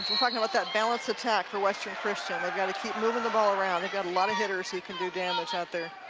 talking about that balanceattack from western christian, they've got to keep moving the ball around, a lot of hitters who can do damage out there.